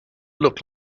look